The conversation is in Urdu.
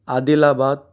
عادل آباد